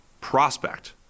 prospect